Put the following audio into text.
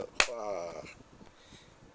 ah